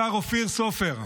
השר אופיר סופר,